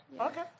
Okay